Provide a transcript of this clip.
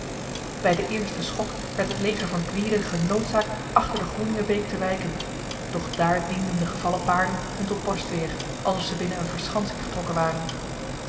bij de eerste schok werd het leger van gwyde genoodzaakt achter de groeningebeek te wijken doch daar dienden de gevallen paarden hun tot borstweer alsof zij binnen een verschansing getrokken waren